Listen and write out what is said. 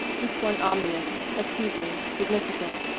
each one ominous, accusing, significant.